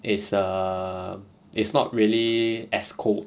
it's err it's not really as cold